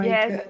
Yes